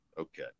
Okay